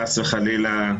חס וחלילה,